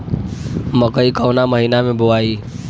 मकई कवना महीना मे बोआइ?